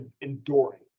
enduring